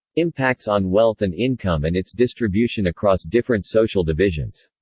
impacts on wealth and income and its distribution across different social divisions